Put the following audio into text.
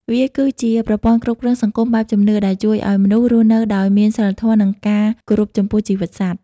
វាគឺជាប្រព័ន្ធគ្រប់គ្រងសង្គមបែបជំនឿ ដែលជួយឱ្យមនុស្សរស់នៅដោយមានសីលធម៌ និងការគោរពចំពោះជីវិតសត្វ។